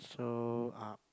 so um